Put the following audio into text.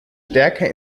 stärker